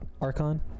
Archon